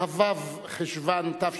כ"ו בחשוון תשע"ב,